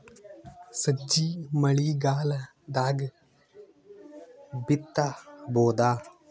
ಸಜ್ಜಿ ಮಳಿಗಾಲ್ ದಾಗ್ ಬಿತಬೋದ?